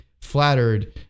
flattered